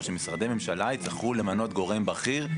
שמשרדי הממשלה יצטרכו למנות גורם בכיר,